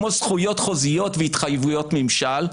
כמו זכויות חוזיות והתחייבויות ממשל,